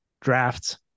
drafts